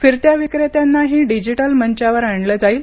फिरत्या विक्रेत्यांनाही डिजिटल मंचावर आणलं जाईल